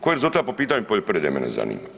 Koji je rezultat po pitanju poljoprivrede, mene zanima.